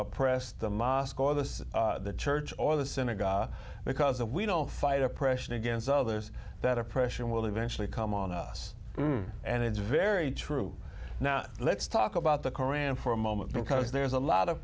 oppress the mosque or the church or the synagogue because a we don't fight oppression against others that oppression will eventually come on us and it's very true now let's talk about the qur'an for a moment because there is a lot of